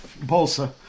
Bolsa